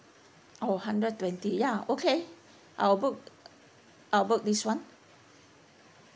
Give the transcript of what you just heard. oh hundred twenty ya okay I will book I'll book this [one]